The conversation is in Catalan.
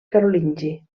carolingi